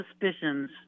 suspicions